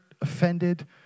offended